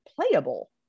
playable